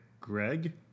Greg